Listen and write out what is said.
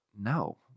no